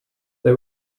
they